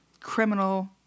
criminal